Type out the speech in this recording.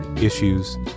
issues